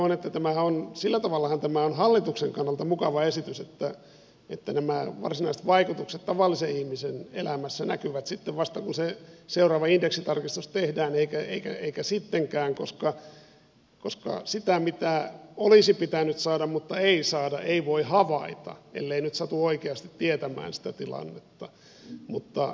todettakoon että sillä tavallahan tämä on hallituksen kannalta mukava esitys että nämä varsinaiset vaikutukset tavallisen ihmisen elämässä näkyvät sitten vasta kun se seuraava indeksitarkistus tehdään eivätkä sittenkään koska sitä mitä olisi pitänyt saada mutta ei saada ei voi havaita ellei nyt satu oikeasti tietämään sitä tilannetta